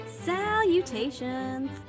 Salutations